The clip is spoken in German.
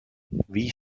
wie